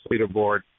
leaderboard